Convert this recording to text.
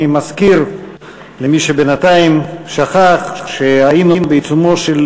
אני מזכיר למי שבינתיים שכח שהיינו בעיצומו של